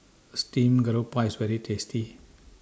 Steamed Garoupa IS very tasty